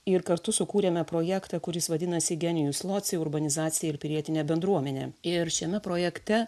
ir kartu sukūrėme projektą kuris vadinasi genius loci urbanizacija ir pilietinė bendruomenė ir šiame projekte